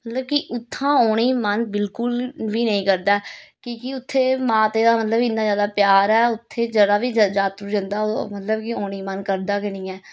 लेकिन उत्थां औने गी मन बिलकुल बी नेईं करदा कि के उत्थें माता दा इन्ना ज्यादा प्यार ऐ उत्थें जेह्ड़ा बी जातरू जंदा ओह् मतलब कि औने दा मन करदा गै नी ऐ